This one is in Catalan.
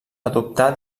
adoptà